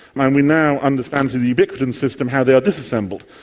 and we now understand through the ubiquitin system how they are disassembled.